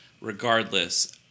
regardless